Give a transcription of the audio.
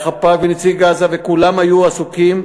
והחפ"ק ונציג "אגד" וכולם היו עסוקים,